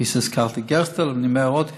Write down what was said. כפי שהזכרתי, גרסטל, ואני אומר עוד כמה.